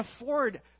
afford